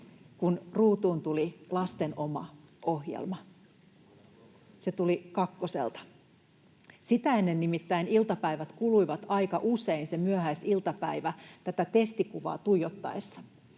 kun ruutuun tuli lasten oma ohjelma — se tuli kakkoselta. Sitä ennen nimittäin iltapäivät, ne myöhäisiltapäivät, kuluivat aika usein testikuvaa tuijottaessa,